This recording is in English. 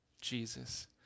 Jesus